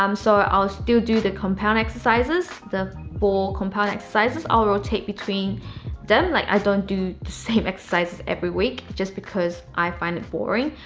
um so, ah i'll still do do the compound exercises, the ball compound exercises. i'll rotate between them like i don't do the same exercises every week just because i find it boring.